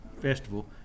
festival